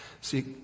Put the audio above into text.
See